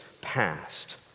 past